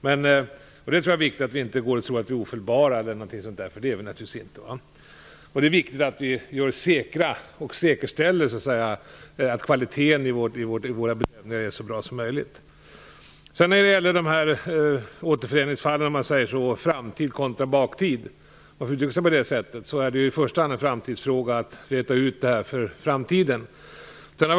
Jag tror att det är viktigt att vi inte tror att vi är ofelbara etc., för det är vi naturligtvis inte. Det är viktigt att vi säkerställer att kvaliteten på våra bedömningar blir så bra som möjligt. När det gäller "återföreningsfallen" och framtiden kontra tiden bakåt är det i första hand en framtidsfråga att så att säga räta ut detta.